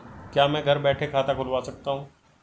क्या मैं घर बैठे खाता खुलवा सकता हूँ?